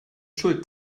schuld